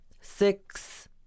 six